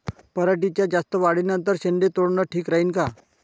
पराटीच्या जास्त वाढी नंतर शेंडे तोडनं ठीक राहीन का?